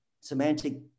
semantic